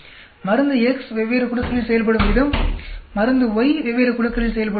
மருந்து X வெவ்வேறு குழுக்களில் செயல்படும் விதம் மருந்து Y வெவ்வேறு குழுக்களில் செயல்படும் விதம்